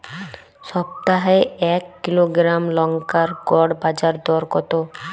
সপ্তাহে এক কিলোগ্রাম লঙ্কার গড় বাজার দর কতো?